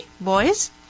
boys